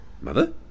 Mother